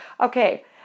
Okay